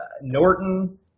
Norton